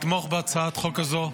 לתמוך בהצעת החוק הזאת.